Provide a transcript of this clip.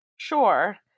Sure